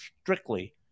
strictly